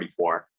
44